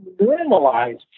normalized